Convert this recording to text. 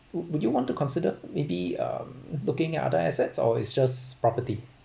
would would you want to consider maybe um looking at other assets or it's just property